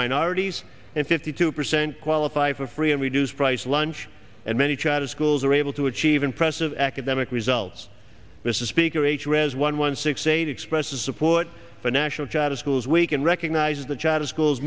minorities and fifty two percent qualify for free and reduced price lunch and many charter schools are able to achieve impressive academic results mr speaker h raz one one six eight expresses support for national charter schools we can recognize the charter schools